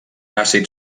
àcid